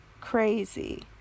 crazy